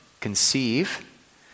conceive